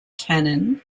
cannon